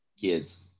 kids